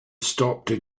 stopped